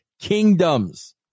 kingdoms